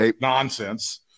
nonsense